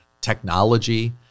technology